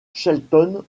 shelton